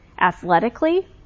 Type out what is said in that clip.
athletically